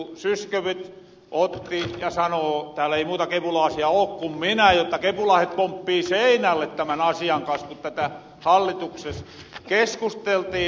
zyskowicz otti ja sano tääl ei muita kepulaasia oo ku minä jotta kepulaaset pomppi seinälle tämän asian kanssa kun tätä hallitukses keskusteltiin